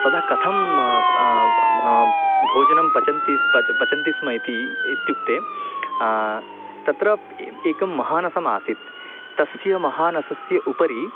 तद् कथं भोजनं पचन्ति स्म पच पचन्ति स्म इति इत्युक्ते तत्र ए एकं महानसमासीत् तस्य महानसस्य उपरि